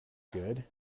good